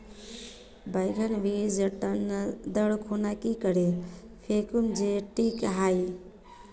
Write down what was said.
बैगन बीज टन दर खुना की करे फेकुम जे टिक हाई?